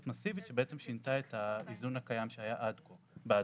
מסיבית ששינתה את האיזון הקיים שהיה עד כה בהדבקות,